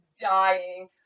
dying